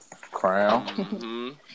crown